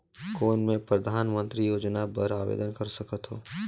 कौन मैं परधानमंतरी योजना बर आवेदन कर सकथव?